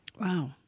Wow